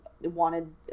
wanted